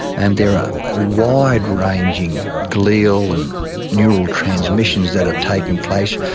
and there are wide ranging glial and neural transmissions that are taking place,